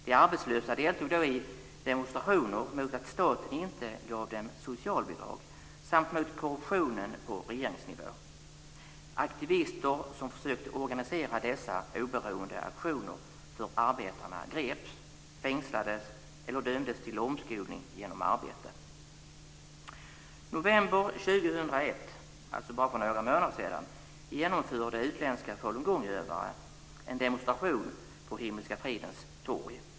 De arbetslösa deltog då i demonstrationer mot att staten inte gav dem socialbidrag samt mot korruptionen på regeringsnivå. Aktivister som försökte organisera dessa oberoende aktioner för arbetarna greps, fängslades eller dömdes till omskolning genom arbete. I november 2001, alltså för bara några månader sedan, genomförde utländska falungongutövare en demonstration på Himmelska fridens torg.